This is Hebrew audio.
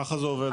ככה זה עובד.